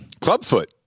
Clubfoot